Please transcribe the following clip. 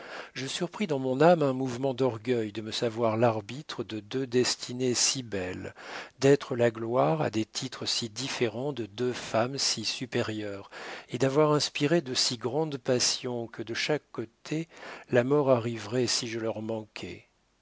je surpris dans mon âme un mouvement d'orgueil de me savoir l'arbitre de deux destinées si belles d'être la gloire à des titres si différents de deux femmes si supérieures et d'avoir inspiré de si grandes passions que de chaque côté la mort arriverait si je leur